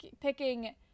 picking